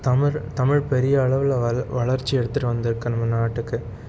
தமிழ் தமிழ் பெரியளவில் வள் வளர்ச்சி எடுத்துகிட்டு வந்துருக்கு நம்ம நாட்டுக்கு